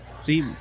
see